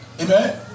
Amen